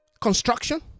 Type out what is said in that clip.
Construction